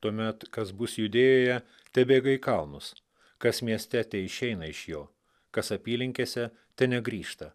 tuomet kas bus judėjoje tebėga į kalnus kas mieste teišeina iš jo kas apylinkėse tenegrįžta